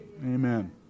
Amen